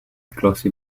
glossy